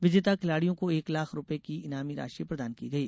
विजेता खिलाड़ियों को एक लाख रूपये की इनामी राशि प्रदान की गई